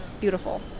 beautiful